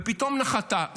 ופתאום נחתה.